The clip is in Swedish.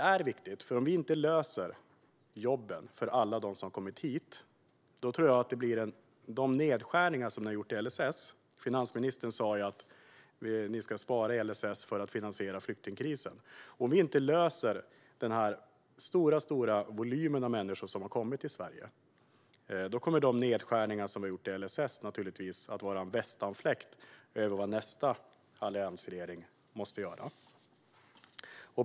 Jag tror nämligen att om vi inte löser jobben för den stora volymen människor som har kommit till Sverige kommer de nedskärningar som ni har gjort i LSS - finansministern har sagt att ni ska spara in på stöd enligt LSS, för att finansiera hanteringen av flyktingkrisen - att vara en västanfläkt mot vad nästa alliansregering kommer att behöva göra.